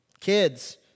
Kids